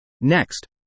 Next